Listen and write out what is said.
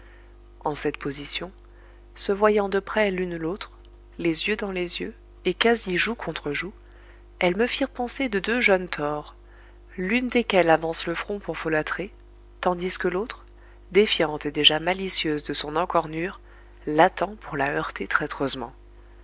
en cette position se voyant de près l'une l'autre les yeux dans les yeux et quasi joue contre joue elles me firent penser de deux jeunes taures l'une desquelles avance le front pour folâtrer tandis que l'autre défiante et déjà malicieuse de son encornure l'attend pour la